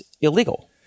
illegal